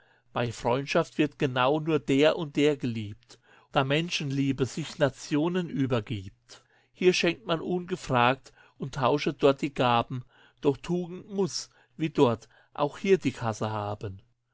bei freundschaft wird genau nur der und der geliebt da menschenliebe sich nationen übergibt hier schenkt man ungefragt und tauschet dort die gaben doch tugend muß wie dort auch hier die kasse haben